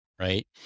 right